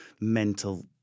mental